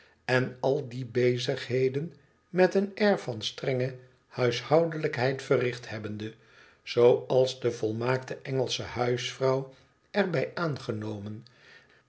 en al die bezigheden met een air van strenge huishoudelijkheid verricht hebbende zooals de volmaakte engelsche huisvrouw er bij aangenomen